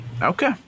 Okay